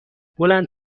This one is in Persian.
بلند